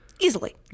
Easily